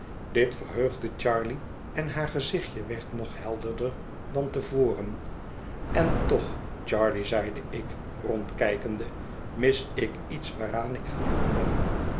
dit verheugde charley en haar gezichtje werd nog helderder dan te voren en toch charley zeide ik rondkijkende mis ik iets waaraan ik gewoon ben